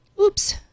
Oops